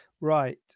right